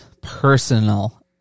personal